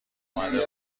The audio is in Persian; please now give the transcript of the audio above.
اومده